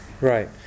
Right